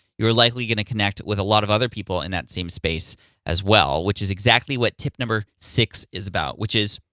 you're likely gonna connect with a lot of other people in that same space as well, which is exactly what tip number six is about, which is,